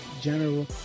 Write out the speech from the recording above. general